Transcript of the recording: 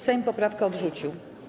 Sejm poprawkę odrzucił.